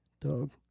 dog